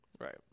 Right